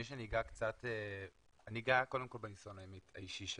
אני אגע קודם בניסיון האישי שלי.